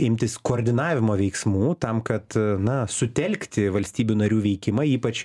imtis koordinavimo veiksmų tam kad na sutelkti valstybių narių veikimą ypač